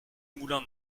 moulin